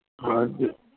ਹਾਂਜੀ